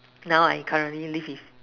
now I currently live with